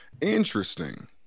Interesting